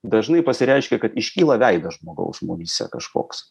dažnai pasireiškia kad iškyla veidas žmogaus mumyse kažkoks